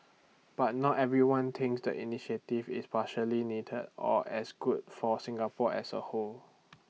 but not everyone thinks the initiative is partially needed or as good for Singapore as A whole